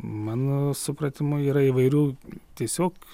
mano supratimu yra įvairių tiesiog